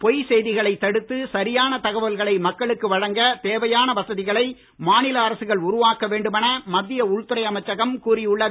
பொய்ச் செய்திகளை தடுத்து சரியான தகவல்களை மக்களுக்கு வழங்கத் தேவையான வசதிகளை மாநில அரசுகள் உருவாக்க வேண்டுமென மத்திய உள்துறை அமைச்சகம் கூறி உள்ளது